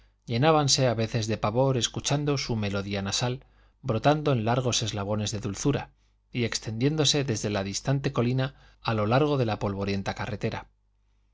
sus casas llenábanse a veces de pavor escuchando su melodía nasal brotando en largos eslabones de dulzura y extendiéndose desde la distante colina o a lo largo de la polvorienta carretera